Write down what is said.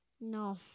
No